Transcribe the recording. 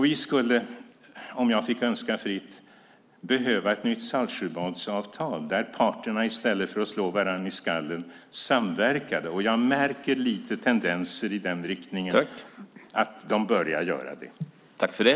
Vi skulle, om jag fick önska fritt, behöva ett nytt saltsjöbadsavtal där parterna i stället för att slå varandra i skallen samverkade. Jag märker lite tendenser i riktningen att de börjar göra det.